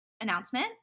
announcement